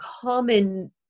common